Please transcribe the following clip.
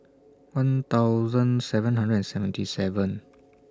one thousand seven hundred and seventy seven